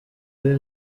ari